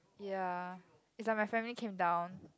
ya is like my family came down